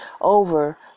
over